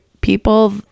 people